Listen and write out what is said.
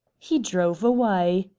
he drove away,